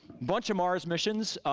bunch of mars missions.